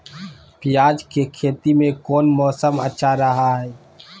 प्याज के खेती में कौन मौसम अच्छा रहा हय?